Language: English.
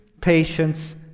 patience